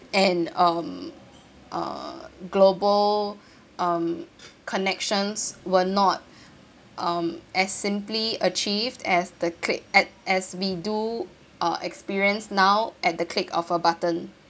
and um uh global um connections were not um as simply achieved as the click at as we do uh experience now at the click of a button